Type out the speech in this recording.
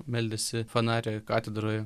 meldėsi fanare katedroj